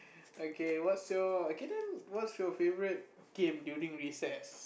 okay what's your okay then what's your favourite game during recess